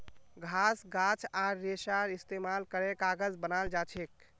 घास गाछ आर रेशार इस्तेमाल करे कागज बनाल जाछेक